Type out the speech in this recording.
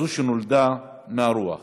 כזאת שנולדה מהרוח,